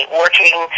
working